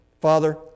Father